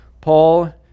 Paul